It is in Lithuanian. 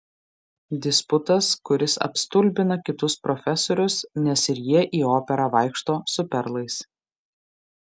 disputas kuris apstulbina kitus profesorius nes ir jie į operą vaikšto su perlais